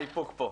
האיפוק פה,